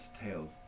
tales